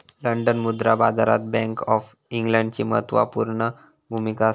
London मुद्रा बाजारात bank of इंग्लंडची म्हत्त्वापूर्ण भुमिका असा